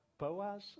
Boaz